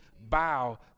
Bow